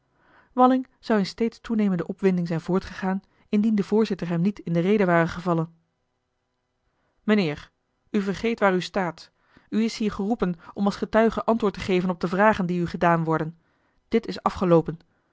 walling zou in steeds toenemende opwinding zijn voortgegaan indien de voorzitter hem niet in de rede ware gevallen mijnheer u vergeet waar u staat u is hier geroepen om als getuige antwoord te geven op de vragen die u gedaan worden dit is afgeloopen